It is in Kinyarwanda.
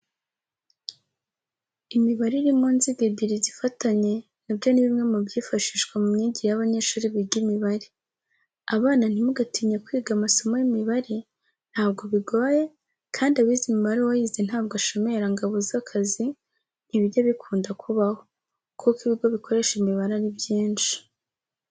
Imibare iri mu nziga ebyiri zifatanye na byo ni bimwe mu byifashishwa mu myigire y'abanyeshuri biga imibare. Abana nti mugatinye kwiga amasomo y'imibare ntabwo bigoye kandi abize imibare uwayize ntabwo ashomera ngo abuze akazi ntibijya bikunda kubaho kuko ibigo bikoresha imibare ari byinshi.